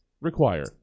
require